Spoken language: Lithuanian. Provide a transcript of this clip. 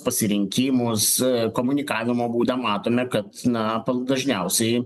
pasirinkimus komunikavimo būdą matome kad na dažniausiai